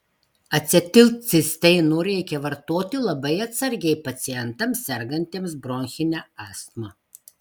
acetilcisteino reikia vartoti labai atsargiai pacientams sergantiems bronchine astma